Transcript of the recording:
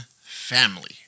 family